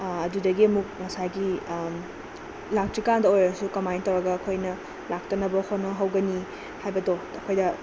ꯑꯗꯨꯗꯒꯤ ꯑꯃꯨꯛ ꯉꯁꯥꯏꯒꯤ ꯂꯥꯛꯇ꯭ꯔꯤꯀꯥꯟꯗ ꯑꯣꯏꯔꯁꯨ ꯀꯃꯥꯏꯅ ꯇꯧꯔꯒ ꯑꯩꯈꯣꯏꯅ ꯂꯥꯛꯇꯅꯕ ꯍꯣꯠꯅꯍꯧꯒꯅꯤ ꯍꯥꯏꯕꯗꯣ ꯑꯩꯈꯣꯏꯗ